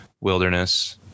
wilderness